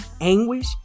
anguish